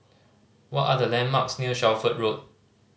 what are the landmarks near Shelford Road